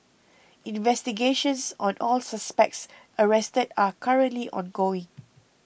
investigations on all suspects arrested are currently ongoing